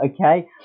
okay